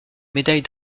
médaille